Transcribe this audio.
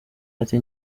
ati